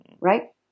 right